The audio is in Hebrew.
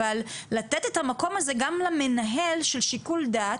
לתת את המקום הזה גם למנהל של שיקול דעת,